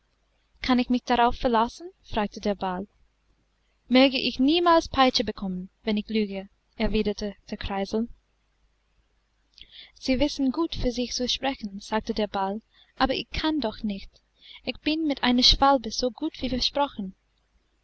kann ich mich darauf verlassen fragte der ball möge ich niemals peitsche bekommen wenn ich lüge erwiderte der kreisel sie wissen gut für sich zu sprechen sagte der ball aber ich kann doch nicht ich bin mit einer schwalbe so gut wie versprochen